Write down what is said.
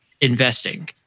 investing